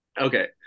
Okay